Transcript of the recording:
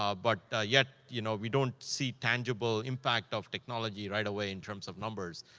um but yet, you know, we don't see tangible impact of technology right away in terms of numbers.